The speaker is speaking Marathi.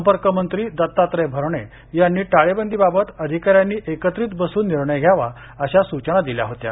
संपर्कमंत्री दत्तात्रय भरणे यांनी टाळेबंदी बाबत अधिकाऱ्यांनी एकत्रित बसुन निर्णय घ्यावा अशा सूचना दिल्या होत्या